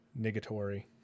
negatory